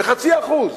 ב-0.5%.